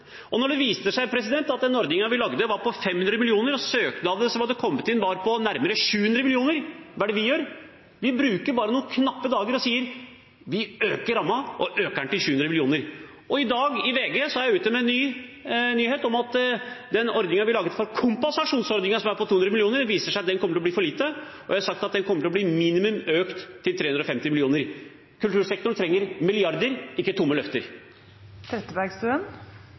og da det viste seg at den ordningen vi lagde, var på 500 mill. kr, og søknadene som hadde kommet inn, var på nærmere 700 mill. kr – hva gjorde vi da? Vi brukte bare noen knappe dager og sa: Vi øker rammen, og vi øker den til 700 mill. kr. I VG i dag er jeg ute med en nyhet om at den ordningen vi laget, kompensasjonsordningen, som er på 200 mill. kr, viser seg å bli for liten, og jeg har sagt at den kommer til å bli økt til 350 mill. kr – minimum. Kultursektoren trenger milliarder, ikke tomme